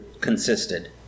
consisted